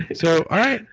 so all right.